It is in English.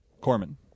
Corman